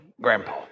grandpa